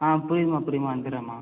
ஆ புரியுதும்மா புரியுதும்மா வந்துடுறேம்மா